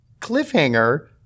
cliffhanger